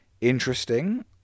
Interesting